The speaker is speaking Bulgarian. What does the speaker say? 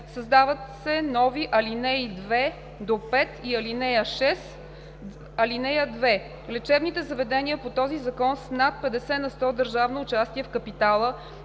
Създават се нови ал. 2 – 5 и ал. 6: „(2) Лечебните заведения по този закон с над 50 на сто държавно участие в капитала